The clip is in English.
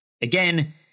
Again